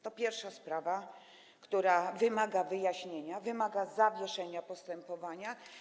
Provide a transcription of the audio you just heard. To pierwsza sprawa, która wymaga wyjaśnienia, wymaga zawieszenia postępowania.